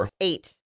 Eight